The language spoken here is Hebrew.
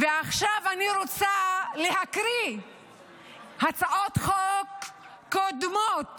ועכשיו אני רוצה להקריא הצעות חוק קודמות